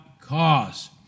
cause